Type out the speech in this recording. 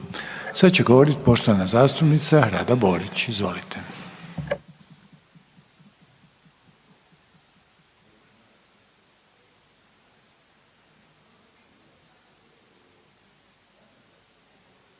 Sad će govorit poštovana zastupnica Rada Borić. Izvolite.